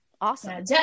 awesome